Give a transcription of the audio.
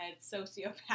sociopath